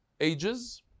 ages